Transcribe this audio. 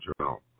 Journal